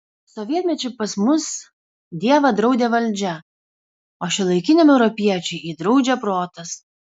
sovietmečiu pas mus dievą draudė valdžia o šiuolaikiniam europiečiui jį draudžia protas